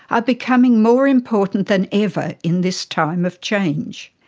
are becoming more important than ever in this time of change.